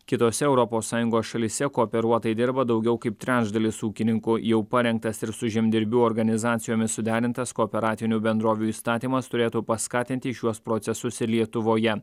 kitose europos sąjungos šalyse kooperuotai dirba daugiau kaip trečdalis ūkininkų jau parengtas ir su žemdirbių organizacijomis suderintas kooperatinių bendrovių įstatymas turėtų paskatinti šiuos procesus ir lietuvoje